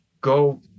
go